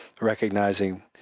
recognizing